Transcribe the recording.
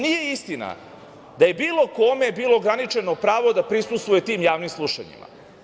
Nije istina da je bilo kome bilo ograničeno pravo da prisustvuje tim javnim slušanjima.